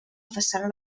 façana